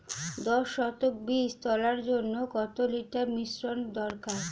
দশ শতক বীজ তলার জন্য কত লিটার মিশ্রন দরকার?